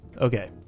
Okay